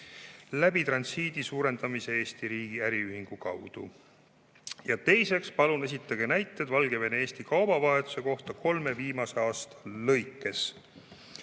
läbi transiidi suurendamise Eesti riigi äriühingu kaudu?" Teiseks: "Palun esitage näitajad Valgevene-Eesti kaubavahetuse kohta kolme viimase aasta lõikes."